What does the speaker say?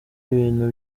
ibintu